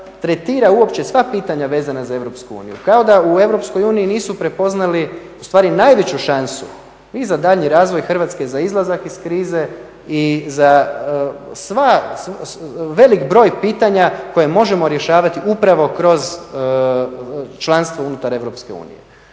tretira uopće sva pitanja vezana za EU, kao da u EU nisu prepoznali najveću šansu i za daljnji razvoj Hrvatske, za izlazak iz krize i za velik broj pitanja koja možemo rješavati upravo kroz članstvo unutar EU.